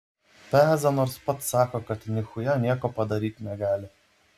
peza nors pats sako kad nichuja nieko padaryt negali